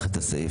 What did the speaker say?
נפתח את הסעיף.